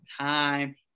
time